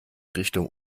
richtung